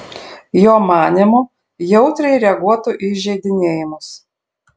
jo manymu jautriai reaguotų į įžeidinėjimus